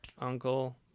Uncle